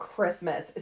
Christmas